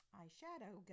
eyeshadow